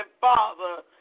Father